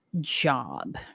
job